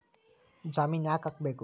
ಜಾಮಿನ್ ಯಾಕ್ ಆಗ್ಬೇಕು?